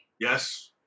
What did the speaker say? Yes